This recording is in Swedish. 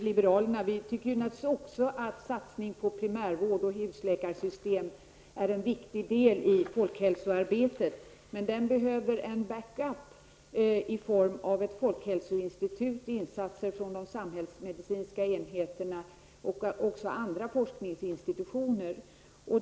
Herr talman! Också vi i folkpartiet liberalerna tycker naturligtvis att en satsning på primärvård och husläkarsystem är en viktig del av folkhälsoarbetet, men detta arbete behöver en ''back-up'' i form av ett folkhälsoinstitut, insatser från de samhällsmedicinska enheterna och av andra forskningsinstitutioner.